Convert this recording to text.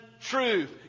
truth